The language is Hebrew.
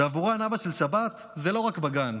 ועבורן אבא של שבת זה לא רק בגן.